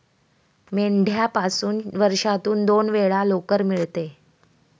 मेंढ्यापासून वर्षातून दोन वेळा लोकर मिळते